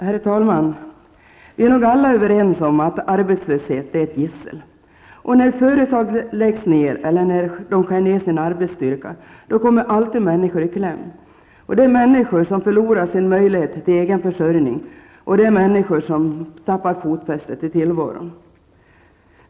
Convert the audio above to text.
Herr talman! Vi är nog alla överens om att arbetslöshet är ett gissel. När företag läggs ner eller när de skär ner sin arbetsstyrka kommer alltid människor i kläm. Det är människor som förlorar sin möjlighet till egen försörjning och människor som tappar fotfäste i tillvaron.